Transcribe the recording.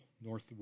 north